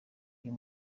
uyu